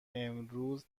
امروز